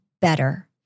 better